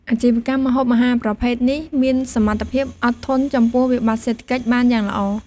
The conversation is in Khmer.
អាជីវកម្មម្ហូបអាហារប្រភេទនេះ មានសមត្ថភាពអត់ធន់ចំពោះវិបត្តិសេដ្ឋកិច្ចបានយ៉ាងល្អ។